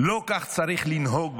לא כך צריך לנהוג בהם.